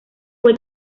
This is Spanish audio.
fue